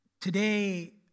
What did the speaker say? today